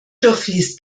durchfließt